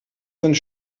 sind